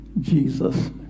Jesus